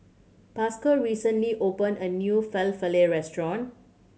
Pascal recently opened a new Falafel Restaurant